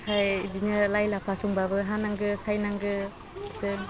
ओमफ्राय बिदिनो लाइ लाफा संबाबो हानांगौ सायनांगौ जों